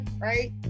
right